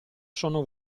sono